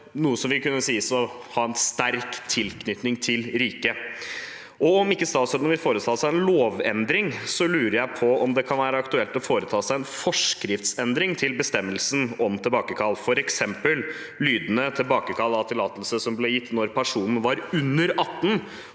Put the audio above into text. noe som vil kunne sies å være en sterk tilknytning til riket. Om statsråden ikke vil foreta en lovendring, lurer jeg på om det kan være aktuelt å foreta en forskriftsendring til bestemmelsen om tilbakekall, f.eks. lydende: Tillatelse som ble gitt da personen var under 18